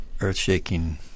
earth-shaking